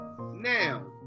Now